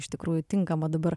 iš tikrųjų tinkamo dabar